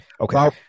Okay